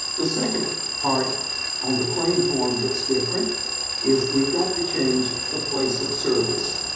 the second part on the claim form that's different is we've got to change the place of service.